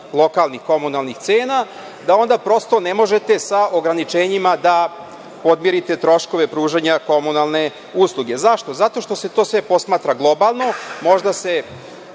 lokalnih komunalnih cena da onda prosto ne možete sa ograničenjima da podmirite troškove pružanja komunalne usluge. Zašto? Zato što se to sve posmatra globalno. Vi